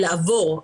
-- לעבור.